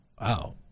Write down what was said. Wow